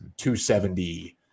270